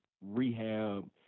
rehab